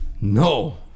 No